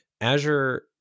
Azure